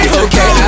okay